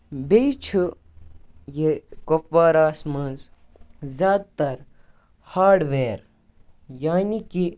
بیٚیہِ چھُ یہِ کۄپواراہَس منٛز زیادٕ تر ہاڈ ویر یعنی کہ